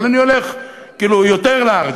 אבל אני הולך להיות יותר לארג',